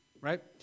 Right